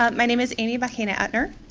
um my name is amy bahina etner.